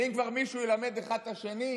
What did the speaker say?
ואם כבר מישהו ילמד אחד את השני,